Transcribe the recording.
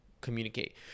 communicate